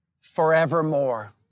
forevermore